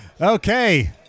Okay